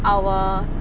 our